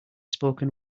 spoken